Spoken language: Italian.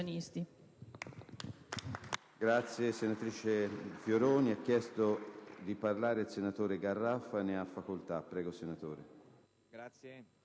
Grazie